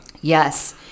Yes